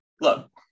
Look